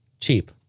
cheap